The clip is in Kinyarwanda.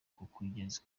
kugeza